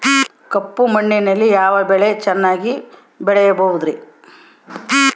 ಕಪ್ಪು ಮಣ್ಣಿನಲ್ಲಿ ಯಾವ ಬೆಳೆ ಚೆನ್ನಾಗಿ ಬೆಳೆಯಬಹುದ್ರಿ?